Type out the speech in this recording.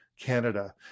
Canada